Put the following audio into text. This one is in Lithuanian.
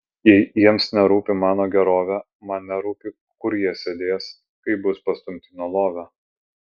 jei jiems nerūpi mano gerovė man nerūpi kur jie sėdės kai bus pastumti nuo lovio